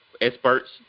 experts